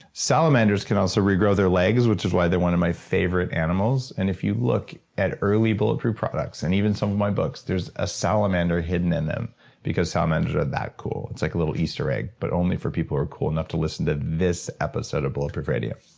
salamanders can also regrow their legs which is why they're one of my favorite animals. and if you look at early bulletproof products, and even some of my books, there's a salamander hidden in them because salamanders are that cool. it's like a little easter egg, but only for people who are cool enough to listen to this episode of bulletproof radio